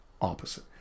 opposite